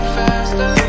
faster